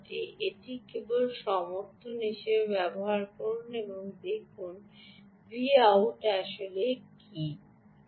এটি কেবল সমর্থন হিসাবে ব্যবহার করুন এবং দেখুন Vout আসলে কী ঘটে